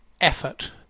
effort